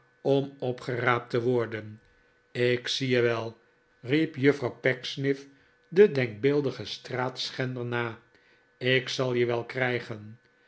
om opgeraapt te worden ik zie je wel riep juffrouw pecksniff den denkbeeldigen straatschender na ik zal je wel krijgen